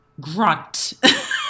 grunt